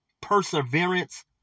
perseverance